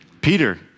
Peter